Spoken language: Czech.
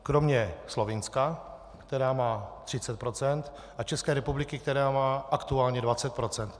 Kromě Slovinska, které má 30 %, a České republiky, která má aktuálně 20 %.